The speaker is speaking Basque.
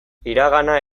iragana